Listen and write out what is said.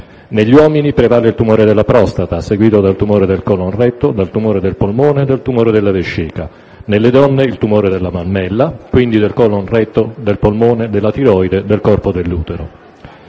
Negli uomini prevale il tumore della prostata, seguito dal tumore del colon retto, dal tumore del polmone e dal tumore della vescica; nelle donne il tumore della mammella, quindi del colon retto, del polmone, della tiroide e del corpo dell'utero.